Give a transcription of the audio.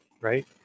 right